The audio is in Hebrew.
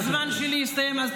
מה לעשות.